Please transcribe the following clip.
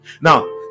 now